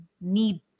need